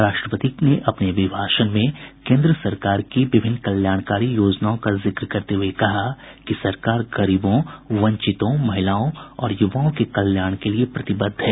राष्ट्रपति ने अपने अभिभाषण में केन्द्र सरकार की विभिन्न कल्याणकारी योजनाओं का जिक्र करते हुए कहा कि सरकार गरीबों वंचितों महिलाओं और युवाओं के कल्याण के लिए प्रतिबद्ध है